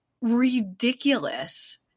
ridiculous